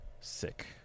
sick